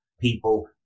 people